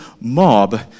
mob